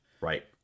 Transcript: Right